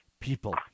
people